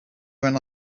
when